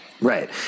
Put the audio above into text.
Right